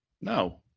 No